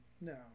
No